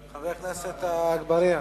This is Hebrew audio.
חבר הכנסת אגבאריה.